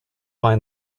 find